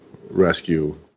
rescue